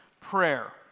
prayer